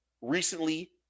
recently